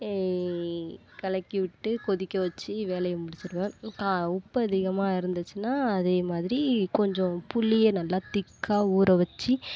ஏ கலக்கி விட்டு கொதிக்க வச்சு வேலையை முடிச்சிடுவேன் கா உப்பு அதிகமாக இருந்துச்சின்னால் அதே மாதிரி கொஞ்சம் புளியை நல்லா திக்கா ஊற வச்சு